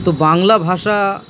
তো বাংলা ভাষা